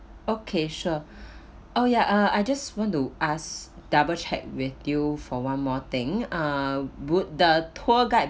okay sure oh ya uh I just want to ask double check with you for one more thing uh would the tour guide